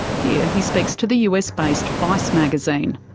he ah he speaks to the us based vice magazine